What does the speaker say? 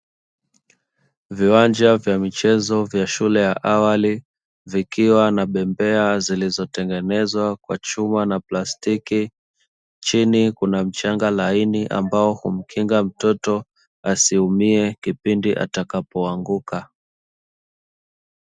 Viwanja vya michezo vya shule ya awali vikiwa na bembea zilizotengenezwa kwa chuma na plastiki, chini kuna mchanga laini ambao humkinga mtoto asiumie kipindi atakapoanguka.